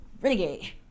Renegade